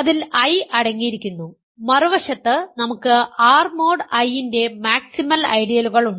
അതിൽ I അടങ്ങിയിരിക്കുന്നു മറുവശത്ത് നമുക്ക് R മോഡ് I ന്റെ മാക്സിമൽ ഐഡിയലുകൾ ഉണ്ട്